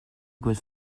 votre